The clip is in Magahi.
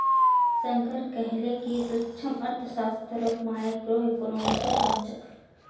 शंकर कहले कि सूक्ष्मअर्थशास्त्रक माइक्रोइकॉनॉमिक्सो कह छेक